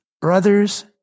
brothers